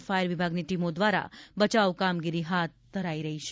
fire વિભાગની ટીમો દ્વારા બચાવ કામગીરી હાથ ધરાઇ રહી છે